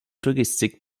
touristique